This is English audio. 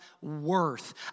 worth